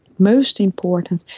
most important,